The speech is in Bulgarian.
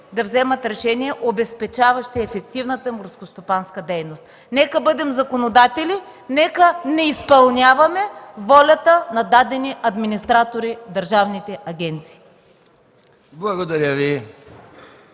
да вземат решения, обезпечаващи ефективната горскостопанска дейност. Нека бъдем законодатели, нека не изпълняваме волята на дадени администратори в държавните агенции! ПРЕДСЕДАТЕЛ